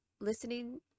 listening